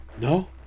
No